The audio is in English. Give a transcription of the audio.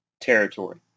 territory